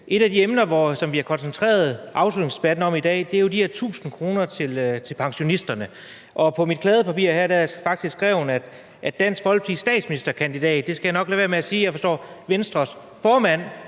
Et af de emner, vi har koncentreret afslutningsdebatten om i dag, er jo de her 1.000 kr. til pensionisterne. Jeg forstår – her på mit kladdepapir har jeg faktisk skrevet Dansk Folkepartis statsministerkandidat, det skal jeg nok lade være med at sige – at Venstres formand